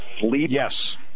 Yes